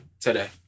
today